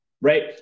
right